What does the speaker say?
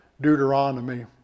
Deuteronomy